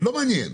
לא מעניין,